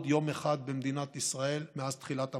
יום אחד במדינת ישראל מאז תחילת המשבר.